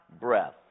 breath